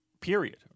period